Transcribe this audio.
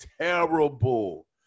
terrible